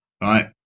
right